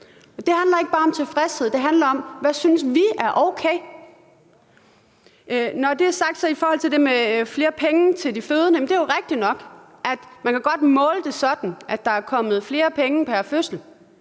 Det handler ikke bare om tilfredshed, det handler om, hvad vi synes er okay. Når det er sagt, vil jeg i forhold til det med flere penge til de fødende sige, at det er rigtigt nok, at man godt kan måle det sådan, altså at der er kommet flere penge pr. fødsel,